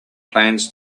plans